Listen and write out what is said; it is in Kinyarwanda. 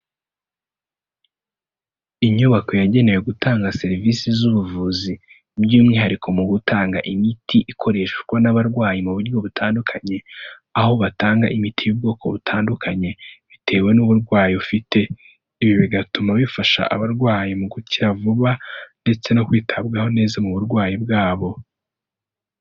Inyubako yagenewe gutanga serivisi z'ubuvuzi by'umwihariko mu gutanga imiti ikoreshwa n'abarwayi mu buryo butandukanye, aho batanga imiti y'ubwoko butandukanye bitewe n'uburwayi ufite, ibi bigatuma bifasha abarwaye mu gukira vuba ndetse no kwitabwaho neza mu burwayi bwabo.